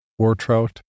Wartrout